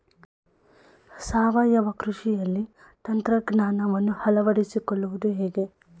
ಸಾವಯವ ಕೃಷಿಯಲ್ಲಿ ತಂತ್ರಜ್ಞಾನವನ್ನು ಅಳವಡಿಸಿಕೊಳ್ಳುವುದು ಹೇಗೆ?